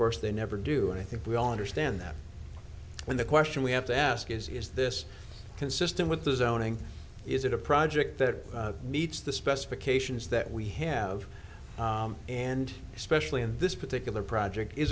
course they never do and i think we all understand that when the question we have to ask is is this consistent with the zoning is it a project that meets the specifications that we have and especially in this particular project is